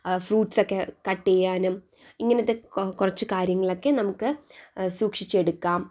ഫ്രൂട്ട്സൊക്കെ കട്ട് ചെയ്യാനും ഇങ്ങനെയുള്ള കുറച്ചു കാര്യങ്ങളൊക്കെ നമുക്ക് സൂക്ഷിച്ചെടുക്കാം